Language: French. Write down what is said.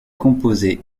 composés